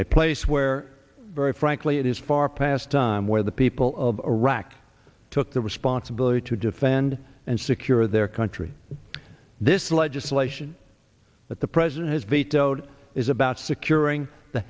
a place where very frankly it is far past time where the people of iraq took the responsibility to defend and secure their country this legislation that the president has be towed is about securing the